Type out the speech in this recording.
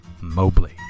mobley